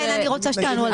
אני רוצה שתענו על זה.